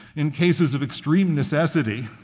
in cases of extreme necessity,